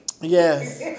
Yes